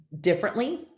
differently